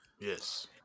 Yes